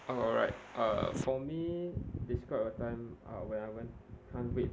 alright uh for me describe a time uh when I went can't wait